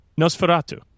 nosferatu